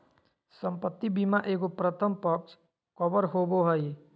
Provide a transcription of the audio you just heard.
संपत्ति बीमा एगो प्रथम पक्ष कवर होबो हइ